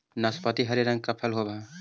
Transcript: नाशपाती हरे रंग का फल होवअ हई